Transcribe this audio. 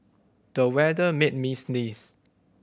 the weather made me sneeze